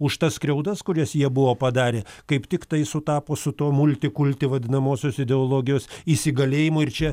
už tas skriaudas kurias jie buvo padarė kaip tiktai sutapo su tuo multikūlti vadinamosios ideologijos įsigalėjimu ir čia